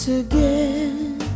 again